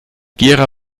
gera